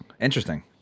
interesting